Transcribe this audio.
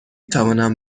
توانم